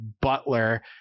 butler